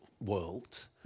world